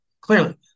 clearly